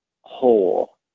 whole